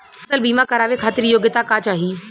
फसल बीमा करावे खातिर योग्यता का चाही?